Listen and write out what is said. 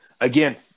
Again